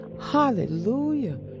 hallelujah